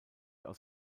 aus